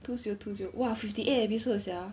two zero two zero !wah! fifty eight episodes sia